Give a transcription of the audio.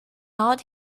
out